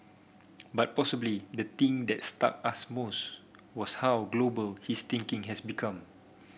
but possibly the thing that struck us most was how global his thinking has become